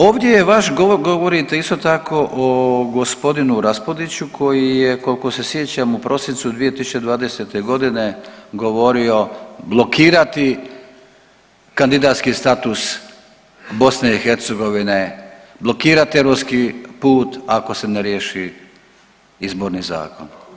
Ovdje je vaš govor, govorite isto tako o gospodinu Raspudiću koji je koliko se sjećam u prosincu 2020. godine govorio blokirati kandidacijski status BiH, blokirate ruski put ako se ne riješi izborni zakon.